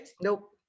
nope